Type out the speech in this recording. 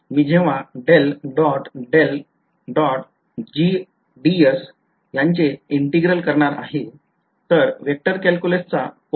मी जेव्हा याचे integral करणार आहे तर vector calculus चा कोणता सिद्धांत माझ्या मनामध्ये येईल